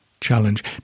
challenge